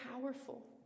powerful